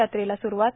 यात्रेला स्रूवात